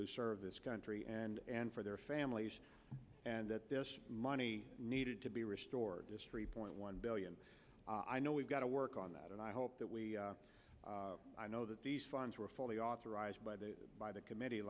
who serve this country and for their families and that this money needed to be restored history point one billion i know we've got to work on that and i hope that we i know that these funds were fully authorized by the by the committee